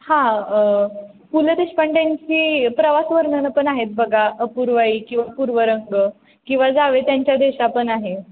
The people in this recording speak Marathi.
हां पु ल देशपांड्यांची प्रवासवर्णनं पण आहेत बघा अपूर्वाई किंवा पूर्वरंग किंवा जावे त्यांच्या देशा पण आहे